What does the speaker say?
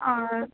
आ